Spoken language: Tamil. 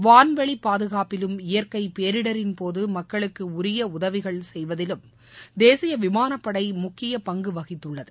வான்வெளி பாதுகாப்பிலும் இயற்கை பேரிடரின் போது மக்களுக்கு உரிய உதவிகள் செய்வதிலும் தேசிய விமானப்படை முக்கியப் பங்கு வகித்துள்ளது